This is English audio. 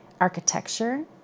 architecture